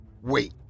Wait